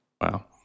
Wow